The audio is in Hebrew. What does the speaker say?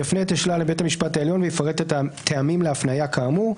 יפנה את השאלה לבית המשפט העליון ויפרט את הטעמים להפניה כאמור,